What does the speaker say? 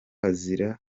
azira